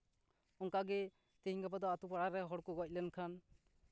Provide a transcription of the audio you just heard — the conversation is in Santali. ᱚᱱᱠᱟᱜᱮ ᱛᱮᱦᱮᱧ ᱜᱟᱯᱟ ᱫᱚ ᱟᱛᱳ ᱯᱟᱲᱟᱨᱮ ᱦᱚᱲ ᱠᱚ ᱜᱚᱡ ᱞᱮᱱᱠᱷᱟᱱ